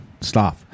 stop